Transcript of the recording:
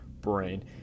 brain